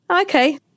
okay